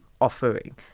offering